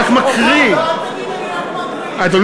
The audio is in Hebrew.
לא חתמתי על הצעת החוק הזאת, אתה חתמת.